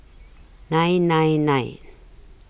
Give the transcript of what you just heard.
nine nine nine